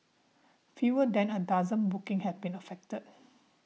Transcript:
fewer than a dozen bookings have been affected